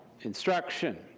Instruction